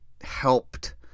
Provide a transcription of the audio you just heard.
helped